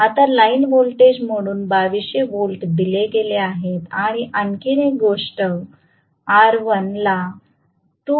आता line voltage म्हणून 2200 volt दिले गेले आहेत आणि आणखी 1 गोष्टी R1 ला 2